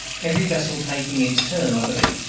every vessel taking its turn, i believe,